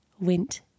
went